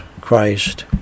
Christ